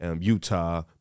Utah